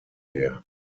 her